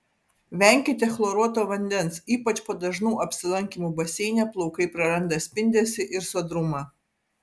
venkite chloruoto vandens ypač po dažnų apsilankymų baseine plaukai praranda spindesį ir sodrumą